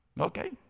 Okay